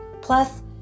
Plus